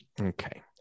okay